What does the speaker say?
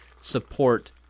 support